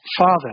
Father